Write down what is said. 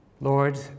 Lord